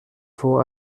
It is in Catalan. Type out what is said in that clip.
fou